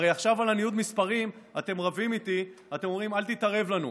הרי עכשיו על ניוד המספרים אתם רבים איתי ואתם אומרים: אל תתערב לנו.